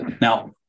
Now